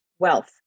wealth